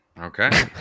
Okay